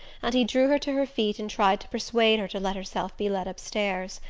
and he drew her to her feet and tried to persuade her to let herself be led upstairs.